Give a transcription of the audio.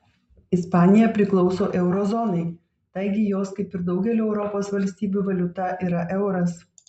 ispanija priklauso euro zonai taigi jos kaip ir daugelio europos valstybių valiuta yra euras